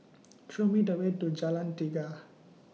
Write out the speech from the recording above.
Show Me The Way to Jalan Tiga